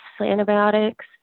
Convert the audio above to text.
antibiotics